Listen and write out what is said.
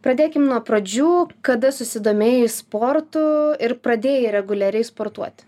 pradėkim nuo pradžių kada susidomėjai sportu ir pradėjai reguliariai sportuoti